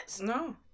No